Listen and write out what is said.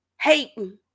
hating